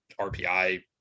RPI